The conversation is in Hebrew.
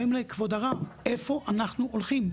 באים אלי: כבוד הרב, לאיפה אנחנו הולכים?